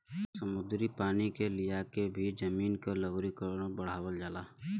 समुद्री पानी के लियाके भी जमीन क लवणीकरण बढ़ावल जाला